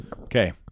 okay